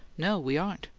no we aren't.